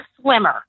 swimmer